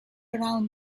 around